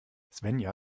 svenja